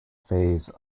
phase